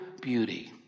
beauty